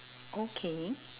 okay